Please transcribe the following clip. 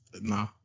nah